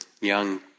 young